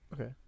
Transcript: Okay